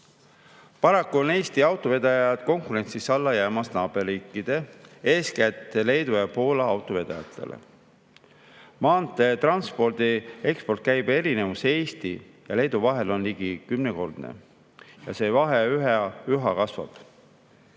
on Eesti autovedajad konkurentsis alla jäämas naaberriikide, eeskätt Leedu ja Poola autovedajatele. Maanteetranspordi ekspordikäibe erinevus Eesti ja Leedu vahel on ligi kümnekordne ja see vahe üha kasvab.